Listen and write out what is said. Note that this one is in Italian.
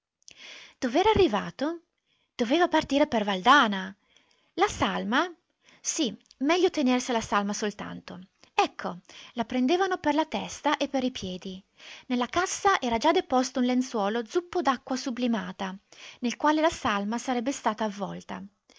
dov'era arrivato doveva partire per valdana la salma sì meglio tenersi alla salma soltanto ecco la prendevano per la testa e per i piedi nella cassa era già deposto un lenzuolo zuppo d'acqua sublimata nel quale la salma sarebbe stata avvolta